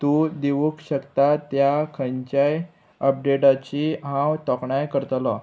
तूं दिवूंक शकता त्या खंयच्याय अपडेटाची हांव तोखणाय करतलो